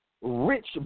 rich